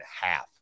half